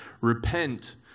repent